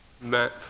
map